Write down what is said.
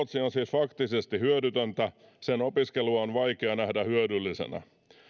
faktisesti hyödytöntä sen opiskelua on vaikea nähdä hyödyllisenä